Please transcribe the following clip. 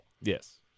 Yes